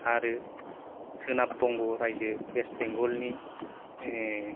आरो सोनाब बंग रायजो वेस्ट बेंगलनि